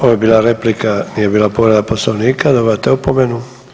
Ovo je bila replika nije bila povreda poslovnika, dobivate opomenu.